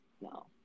No